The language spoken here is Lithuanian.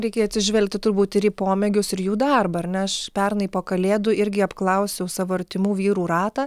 reikia atsižvelgti turbūt ir į pomėgius ir jų darbą ar ne aš pernai po kalėdų irgi apklausiau savo artimų vyrų ratą